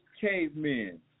cavemen